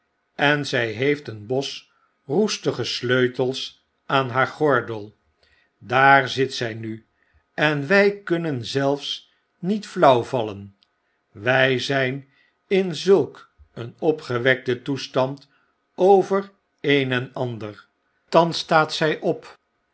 en zy heeft een bos roestige sleutels aan haar gordel daar zit zy nu en wy kunnen zelfs niet flauw vallen wij zyn in zulk een opgewekten toestand over een en ander thans staat zy op